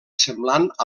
semblant